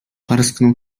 parsknął